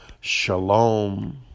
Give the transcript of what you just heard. Shalom